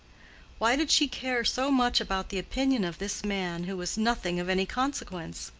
why did she care so much about the opinion of this man who was nothing of any consequence?